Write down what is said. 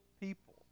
people